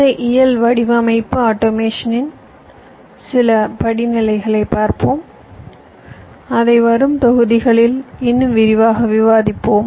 ஐ இயல் வடிவமைப்பு ஆட்டோமேஷனின் சில படிநிலைகளை பார்ப்போம் அதை வரும் தொகுதிகளில் இன்னும் விரிவாக விவாதிப்போம்